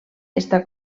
està